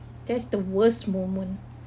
that's the worst moment